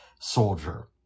soldier